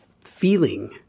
feeling